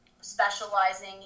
specializing